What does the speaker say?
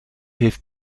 heeft